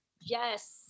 yes